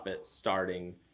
starting